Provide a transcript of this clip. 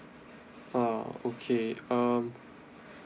ah okay um